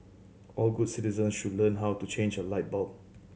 all good citizens should learn how to change a light bulb